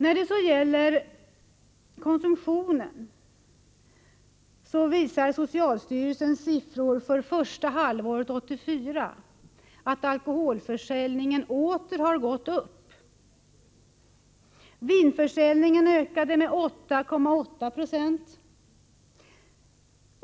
När det sedan gäller konsumtionen visar socialstyrelsens siffror för första halvåret 1984 att alkoholförsäljningen åter har gått upp. Vinförsäljningen ökade med 8,8